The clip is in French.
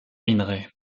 minerais